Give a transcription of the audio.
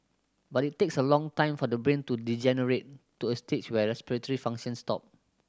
but it takes a long time for the brain to degenerate to a stage where respiratory functions stop